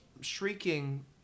shrieking